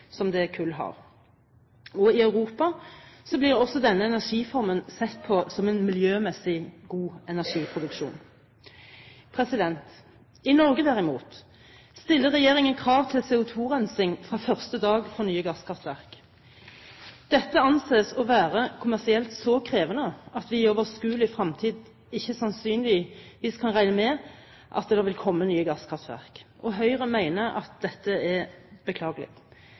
som det kull har. I Europa blir også denne energiformen sett på som en miljømessig god energiproduksjon. I Norge derimot stiller regjeringen krav til CO2-rensing fra første dag for nye gasskraftverk. Dette anses å være kommersielt så krevende at vi i overskuelig fremtid sannsynligvis ikke kan regne med at det vil komme nye gasskraftverk. Høyre mener at dette er beklagelig.